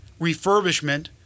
refurbishment